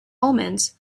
omens